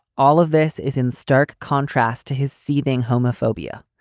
all of this is in stark contrast to his seething homophobia,